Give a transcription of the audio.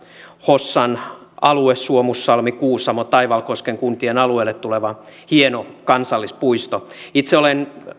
hossan alue on suomussalmen kuusamon taivalkosken kuntien alueelle tuleva hieno kansallispuisto itse olen